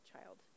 child